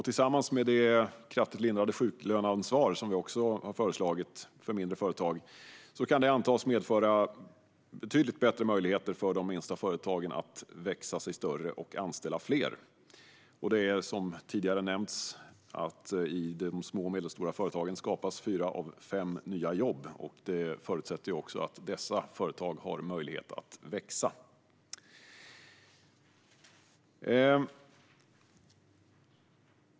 Tillsammans med det kraftigt lindrade sjuklöneansvar som vi också har föreslagit för mindre företag kan det antas medföra betydligt bättre möjligheter för de minsta företagen att växa sig större och anställa fler. Det är som tidigare nämnts så att i de små och medelstora företagen skapas fyra av fem nya jobb. Det förutsätter också att dessa företag har möjlighet att växa.